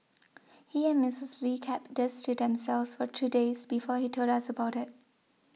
he and Mrs Lee kept this to themselves for two days before he told us about it